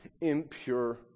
impure